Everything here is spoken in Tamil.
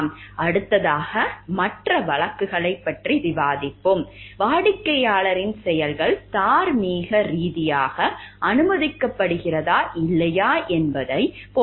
அடுத்ததாக மற்ற வழக்குகளைப் பற்றி விவாதிப்போம் வாடிக்கையாளரின் செயல்கள் தார்மீக ரீதியாக அனுமதிக்கப்படுகிறதா இல்லையா என்பதைப் போன்றது